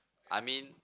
I mean